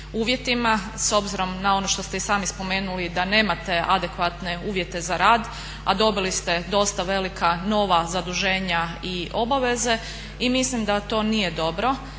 uvjetima s obzirom na ono što ste i sami spomenuli da nemate adekvatne uvjete za rad, a dobili ste dosta velika nova zaduženja i obaveze. I mislim da to nije dobro,